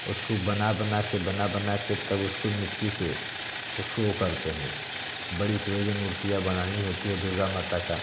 उसको बना बना के बना बना के तब उसको मिट्टी से उसको वो करते हैं बड़ी से बड़ी मूर्तियाँ बनानी होती है दुर्गा माता का